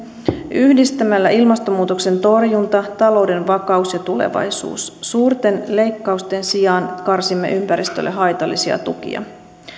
yhdistämällä ilmastonmuutoksen torjunta talouden vakaus ja tulevaisuus suurten leikkausten sijaan karsimme ympäristölle haitallisia tukia